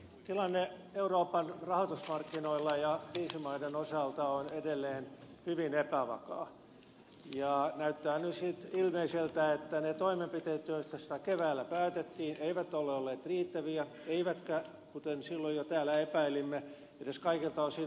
tilanne euroopan rahoitusmarkkinoilla ja kriisimaiden osalta on edelleen hyvin epävakaa ja näyttää nyt ilmeiseltä että ne toimenpiteet joista keväällä päätettiin eivät ole olleet riittäviä eivätkä kuten silloin jo täällä epäilimme edes kaikilta osin oikean suuntaisia